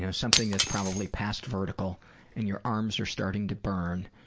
you know something that's probably past vertical and your arms are starting to burn,